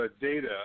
data